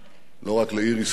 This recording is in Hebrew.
לא רק לעיר היסטורית,